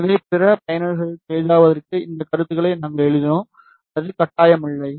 எனவே பிற பயனர்களுக்கு எளிதாக்குவதற்கு இந்த கருத்துக்களை நாங்கள் எழுதினோம் அது கட்டாயமில்லை